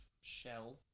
Shell